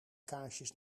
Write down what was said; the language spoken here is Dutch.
kaarsjes